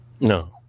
No